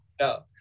No